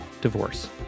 divorce